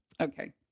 Okay